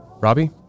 Robbie